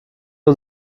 und